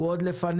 הוא עוד לפנינו.